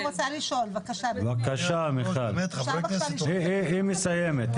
היא מסיימת.